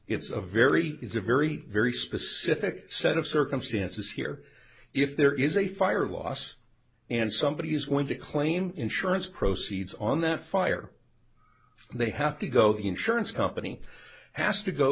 it's a very is a very very specific set of circumstances here if there is a fire loss and somebody is going to claim insurance proceeds on that fire they have to go the insurance company has to go